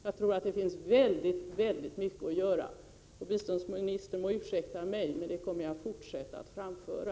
Jag tror att det finns väldigt mycket att göra. Biståndsministern må utsäkta mig, men det kommer jag att fortsätta att framföra.